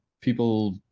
people